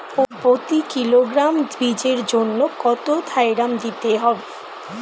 প্রতি কিলোগ্রাম বীজের জন্য কত থাইরাম দিতে হবে?